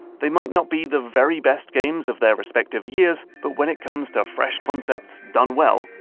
they might not be the very best games of their respective years, but when it comes to fresh concepts done well,